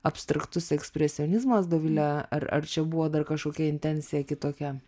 abstraktus ekspresionizmas dovile ar ar čia buvo dar kažkokia intencija kitokia